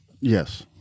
Yes